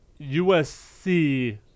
usc